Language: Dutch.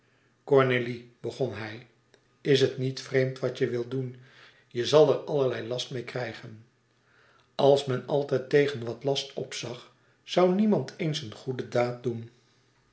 cornélie begon hij is het niet vreemd wat je wilt doen je zal er allerlei last meê krijgen als men altijd tegen wat last opzag zoû niemand eens een goede daad doen